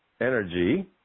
energy